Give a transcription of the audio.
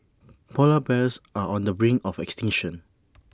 Polar Bears are on the brink of extinction